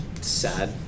sad